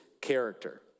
character